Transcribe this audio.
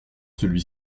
celui